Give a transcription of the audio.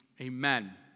Amen